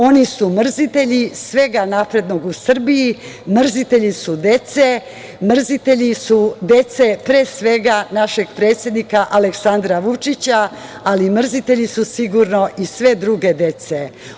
Oni su mrzitelji svega naprednog u Srbiji, mrzitelji su dece, mrzitelji su dece pre svega našeg predsednika Aleksandra Vučića, ali mrzitelji su sigurno i sve druge dece.